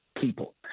People